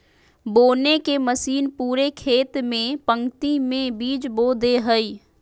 बोने के मशीन पूरे खेत में पंक्ति में बीज बो दे हइ